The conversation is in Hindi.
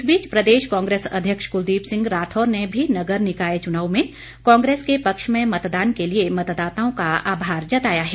इस बीच प्रदेश कांग्रेस अध्यक्ष कुलदीप सिंह राठौर ने भी नगर निकाय चुनाव में कांग्रेस के पक्ष में मतदान के लिए मतदाताओं का आभार जताया है